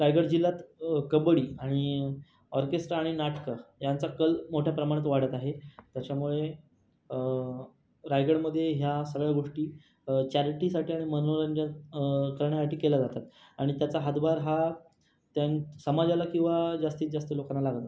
रायगड जिल्ह्यात कबड्डी आणि ऑर्केस्ट्रा आणि नाटकं ह्यांचा कल मोठ्या प्रमाणात वाढत आहे त्याच्यामुळे रायगडमध्ये ह्या सगळ्या गोष्टी चॅरिटीसाठी आणि मनोरंजन करण्यासाठी केला जातात आणि त्याचा हातभार हा त्यां समाजाला किंवा जास्तीत जास्त लोकांना लागत असतो